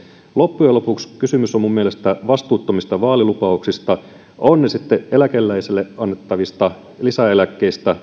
loppujen lopuksi kysymys on minun mielestäni vastuuttomista vaalilupauksista ovat ne sitten eläkeläisille annettavia lisäeläkkeitä